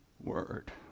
word